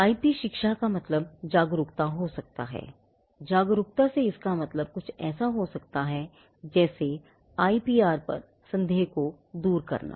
IP शिक्षा का मतलब जागरूकता हो सकता है जागरूकता से इसका मतलब कुछ ऐसा हो सकता है जैसे IPR पर संदेह को दूर करना